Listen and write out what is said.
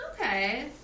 Okay